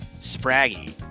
spraggy